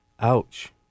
Ouch